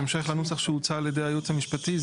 בהמשך לנוסח שהוצע על ידי היועץ המשפטי,